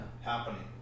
happening